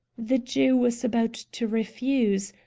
the jew was about to refuse,